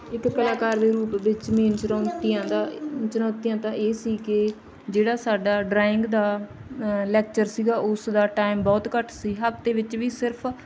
ਇੱਕ ਕਲਾਕਾਰ ਦੇ ਰੂਪ ਵਿੱਚ ਮੇਨ ਚੁਣੌਤੀਆਂ ਦਾ ਚੁਣੌਤੀਆਂ ਤਾਂ ਇਹ ਸੀ ਕਿ ਜਿਹੜਾ ਸਾਡਾ ਡਰਾਇੰਗ ਦਾ ਲੈਕਚਰ ਸੀਗਾ ਉਸ ਦਾ ਟਾਈਮ ਬਹੁਤ ਘੱਟ ਸੀ ਹਫ਼ਤੇ ਵਿੱਚ ਵੀ ਸਿਰਫ਼